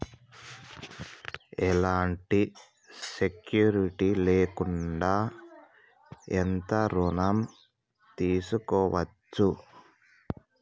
ఎలాంటి సెక్యూరిటీ లేకుండా ఎంత ఋణం తీసుకోవచ్చు?